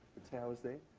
the towers there.